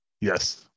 Yes